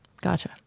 Gotcha